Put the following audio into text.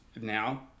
now